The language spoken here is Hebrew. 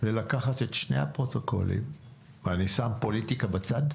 ולקחת את שני הפרוטוקולים, ואני שם פוליטיקה בצד,